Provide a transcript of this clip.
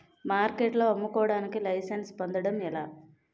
మార్కెట్లో అమ్ముకోడానికి లైసెన్స్ పొందడం ఎలా?